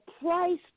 price